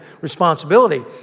responsibility